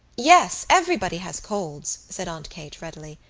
yes, everybody has colds, said aunt kate readily,